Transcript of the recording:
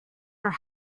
are